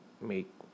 make